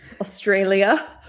Australia